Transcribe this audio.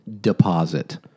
deposit